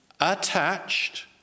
attached